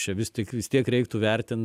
čia vis tik vis tiek reiktų vertin